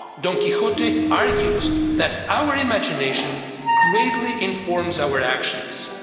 don quixote argues that our imagination greatly informs our actions,